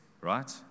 right